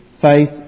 faith